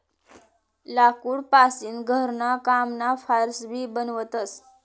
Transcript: लाकूड पासीन घरणा कामना फार्स भी बनवतस